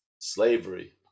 slavery